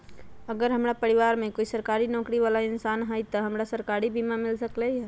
अगर हमरा परिवार में कोई सरकारी नौकरी बाला इंसान हई त हमरा सरकारी बीमा मिल सकलई ह?